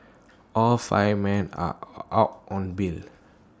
all five men are out on bail